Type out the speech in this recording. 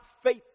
faith